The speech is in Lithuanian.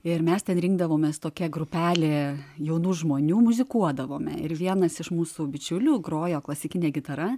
ir mes ten rinkdavomės tokia grupelė jaunų žmonių muzikuodavome ir vienas iš mūsų bičiulių grojo klasikine gitara